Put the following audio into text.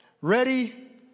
ready